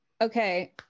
okay